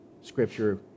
Scripture